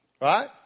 Right